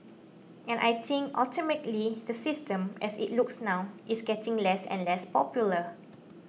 and I think ultimately the system as it looks now is getting less and less popular